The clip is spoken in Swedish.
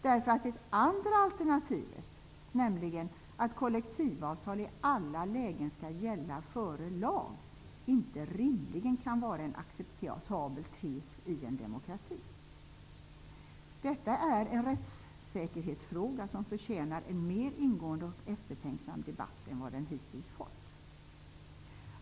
Det andra alternativet, att kollektivavtal i alla lägen skall gälla före lag, kan nämligen rimligtvis inte vara en acceptabel tes i en demokrati. Detta är en rättsfilosofisk fråga som förtjänar en mer ingående och eftertänksam debatt än vad den hittills fått.